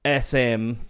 SM